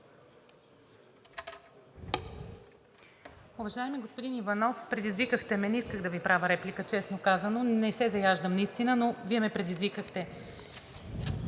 Уважаеми господин Иванов, предизвикахте ме, не исках да Ви правя реплика, честно казано, не се заяждам, наистина, но Вие ме предизвикахте.